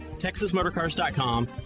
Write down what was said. TexasMotorCars.com